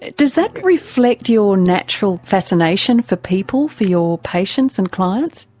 does that reflect your natural fascination for people, for your patients and clients?